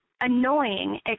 annoying